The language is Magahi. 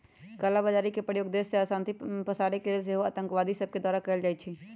कला बजारी के प्रयोग देश में अशांति पसारे के लेल सेहो आतंकवादि सभके द्वारा कएल जाइ छइ